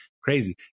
crazy